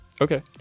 Okay